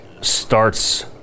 starts